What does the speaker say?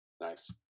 Nice